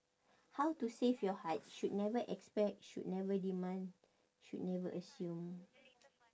how to save your heart should never expect should never demand should never assume